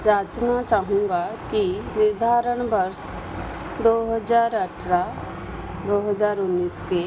जाँचना चाहूँगा कि निर्धारण वर्ष दो हज़ार अट्ठारह दो हज़ार उन्नीस के